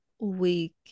week